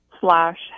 slash